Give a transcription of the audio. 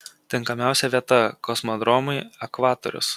tinkamiausia vieta kosmodromui ekvatorius